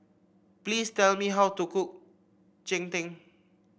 please tell me how to cook Cheng Tng